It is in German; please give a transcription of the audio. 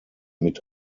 mit